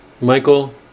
Michael